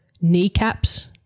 kneecaps